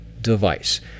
Device